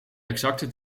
exacte